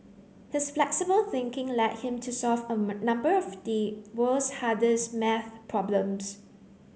his flexible thinking led him to solve a number of the world's hardest maths problems